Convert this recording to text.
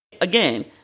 Again